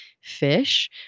fish